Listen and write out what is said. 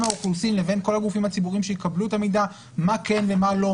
האוכלוסין לבין כל הגופים הציבוריים שיקבלו את המידע מה כן ומה לא,